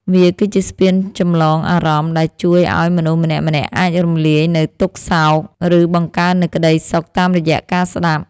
វាគឺជាស្ពានចម្លងអារម្មណ៍ដែលជួយឱ្យមនុស្សម្នាក់ៗអាចរំលាយនូវទុក្ខសោក ឬបង្កើននូវក្ដីសុខតាមរយៈការស្ដាប់។